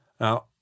Now